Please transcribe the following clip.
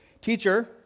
Teacher